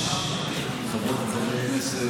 חברות וחברי הכנסת,